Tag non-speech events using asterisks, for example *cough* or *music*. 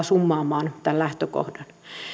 *unintelligible* summaamaan tämän lähtökohdan